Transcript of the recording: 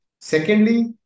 Secondly